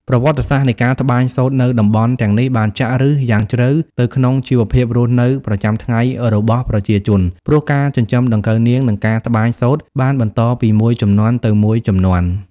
ប្រវត្តិសាស្ត្រនៃការត្បាញសូត្រនៅតំបន់ទាំងនេះបានចាក់ឫសយ៉ាងជ្រៅទៅក្នុងជីវភាពរស់នៅប្រចាំថ្ងៃរបស់ប្រជាជន ព្រោះការចិញ្ចឹមដង្កូវនាង និងការត្បាញសូត្របានបន្តពីមួយជំនាន់ទៅមួយជំនាន់។